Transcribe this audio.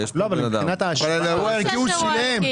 על האירוע הערכי הוא שילם,